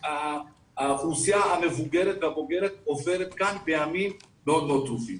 האוכלוסייה המבוגרת עוברת כאן בימים מאוד טרופים.